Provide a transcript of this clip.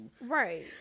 Right